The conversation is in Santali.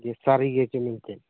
ᱡᱮ ᱥᱟᱹᱨᱤ ᱜᱮᱥᱮ ᱢᱮᱱᱛᱮ